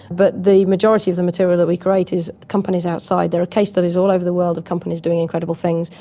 but the majority of the material that we create is companies outside. there are case studies all over the world of companies doing incredible things,